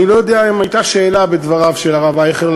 אני לא יודע אם הייתה שאלה בדבריו של הרב אייכלר,